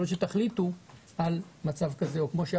יכול להיות שתחליטו על מצב כזה או כמו היה